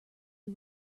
who